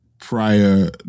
prior